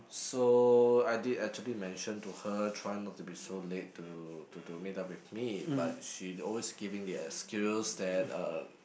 so I did actually mention to her try not to be so late to to to meet up with me but she always giving the excuse that um